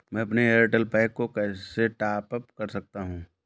मैं अपने Airtel pack को कैसे टॉप अप कर सकता हूँ?